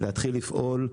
להתחיל לפעול,